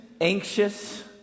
anxious